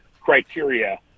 criteria